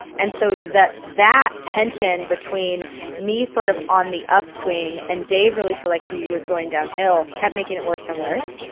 and so that that tension between me sort of on the upswing and dave really feel like he was going downhill, kept making it worse and worse.